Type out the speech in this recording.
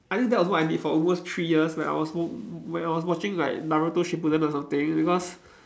I think that was what I did for almost three years when I was when I was like watching like Naruto Shippuden or something because